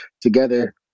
together